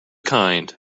kind